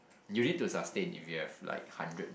you need to sustain if you have like hundred